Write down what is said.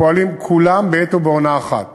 הפועלים כולם בעת ובעונה אחת